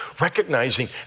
recognizing